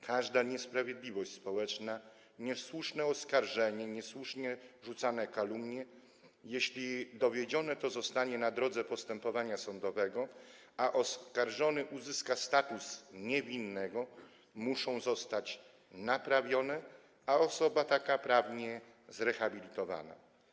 Każda niesprawiedliwość społeczna, niesłuszne oskarżenie, niesłusznie rzucane kalumnie, jeśli dowiedzione to zostanie na drodze postępowania sądowego, a oskarżony uzyska status niewinnego, muszą zostać naprawione, a osoba taka - prawnie zrehabilitowana.